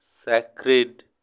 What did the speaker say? sacred